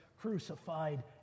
crucified